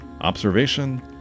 observation